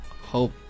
Hope